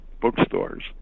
bookstores